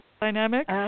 dynamic